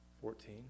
fourteen